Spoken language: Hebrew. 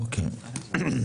אוקיי.